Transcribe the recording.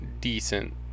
decent